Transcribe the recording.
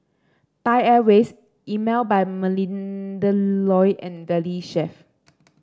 Thai Airways Emel by Melinda Looi and Valley Chef